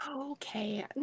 Okay